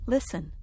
Listen